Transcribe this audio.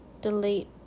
delete